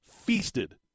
feasted